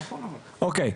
אוקיי.